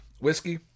Whiskey